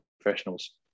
professionals